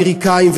אמריקנים,